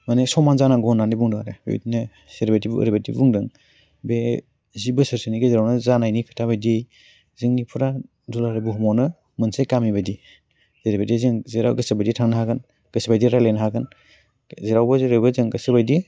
माने समान जानांगौ होन्नानै बुंदों आरो बेबायदिनो सोरबायदि एरैबायदि बुंदों बे जि बोसोरसोनि गेजेरावनो जानायनि खोथा बायदि जोंनिफोरा दुलाराइ बुहुमावनो मोनसे गामि बायदि जेरैबायदि जों जेराव गोसो बिदि थांनो हागोन गोसोबायदि रायलायनो हागोन जेरावबो जेरैबो जों गोसो बायदि